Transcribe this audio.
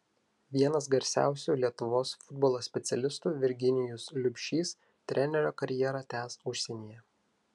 vienas garsiausių lietuvos futbolo specialistų virginijus liubšys trenerio karjerą tęs užsienyje